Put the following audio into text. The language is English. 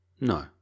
No